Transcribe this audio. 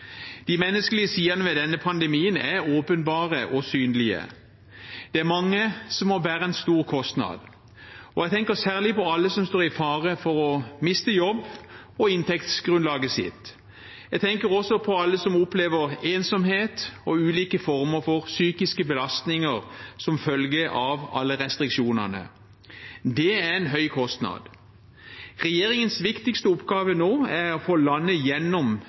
De menneskelige sidene ved denne pandemien er åpenbare og synlige. Det er mange som må bære en stor kostnad. Jeg tenker særlig på alle som står i fare for å miste jobben sin og inntektsgrunnlaget sitt. Jeg tenker også på alle som opplever ensomhet og ulike former for psykiske belastninger som følge av alle restriksjonene. Det er en høy kostnad. Regjeringens viktigste oppgave nå er å få landet gjennom